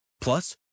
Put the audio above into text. Plus